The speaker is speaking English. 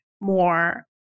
more